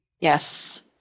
Yes